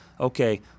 Okay